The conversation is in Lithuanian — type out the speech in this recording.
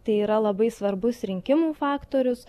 tai yra labai svarbus rinkimų faktorius